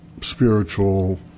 spiritual